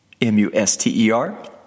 M-U-S-T-E-R